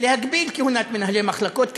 להגביל את כהונת מנהלי מחלקות,